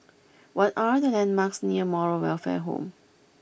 what are the landmarks near Moral Welfare Home